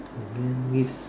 oh man